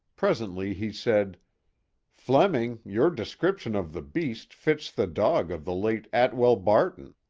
presently he said fleming, your description of the beast fits the dog of the late atwell barton.